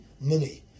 money